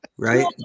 Right